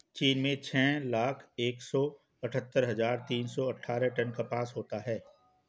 चीन में छह लाख एक सौ अठत्तर हजार तीन सौ अट्ठारह टन कपास उत्पादन होता है